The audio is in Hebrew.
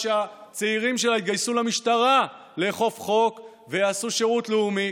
שהצעירים שלה יתגייסו למשטרה לאכוף חוק ויעשו שירות לאומי.